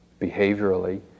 behaviorally